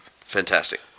Fantastic